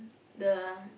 the